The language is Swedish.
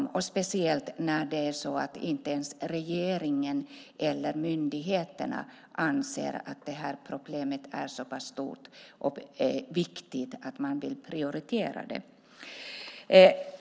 Det gäller speciellt eftersom inte ens regeringen eller myndigheterna anser att problemet är så pass stort och viktigt att de vill prioritera det.